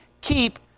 keep